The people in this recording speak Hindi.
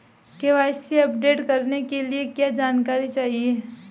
के.वाई.सी अपडेट करने के लिए क्या जानकारी चाहिए?